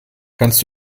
kannst